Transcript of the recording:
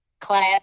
class